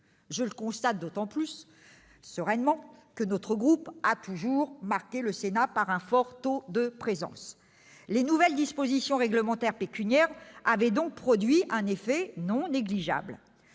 Je le constate d'autant plus sereinement que notre groupe s'est toujours signalé par un fort taux de présence. Les nouvelles dispositions réglementaires d'ordre pécuniaire avaient donc produit un effet non négligeable.